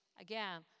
again